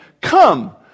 come